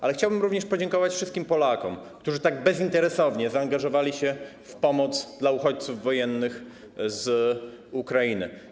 Ale chciałbym również podziękować wszystkim Polakom, którzy tak bezinteresownie zaangażowali się w pomoc dla uchodźców wojennych z Ukrainy.